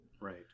right